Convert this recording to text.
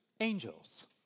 angels